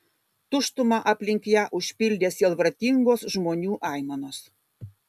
tuštumą aplink ją užpildė sielvartingos žmonių aimanos